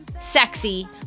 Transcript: sexy